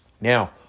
Now